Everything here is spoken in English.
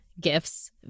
gifts